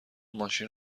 ماشین